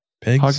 pigs